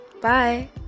Bye